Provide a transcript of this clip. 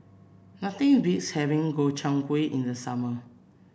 nothing beats having Gobchang Gui in the summer